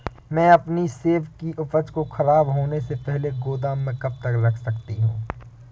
मैं अपनी सेब की उपज को ख़राब होने से पहले गोदाम में कब तक रख सकती हूँ?